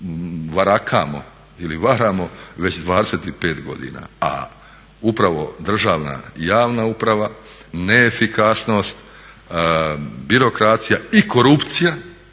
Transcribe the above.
varakamo ili varamo već 25 godina, a uprava državna i javna uprava, neefikasnost, birokracija i korupcija